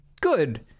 good